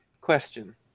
question